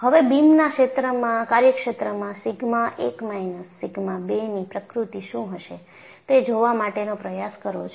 હવે બીમના કાર્યક્ષેત્રમાં સિગ્મા 1 માઈનસ સિગ્મા 2 ની પ્રકૃતિ શું હશે તે જોવા માટેનો પ્રયાસ કરો છો